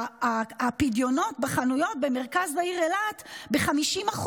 הפדיונות בחנויות במרכז העיר אילת כבר ב-50%.